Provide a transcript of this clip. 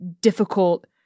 difficult